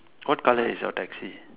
what colour is your taxi